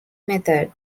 method